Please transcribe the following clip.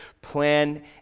Plan